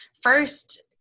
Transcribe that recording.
first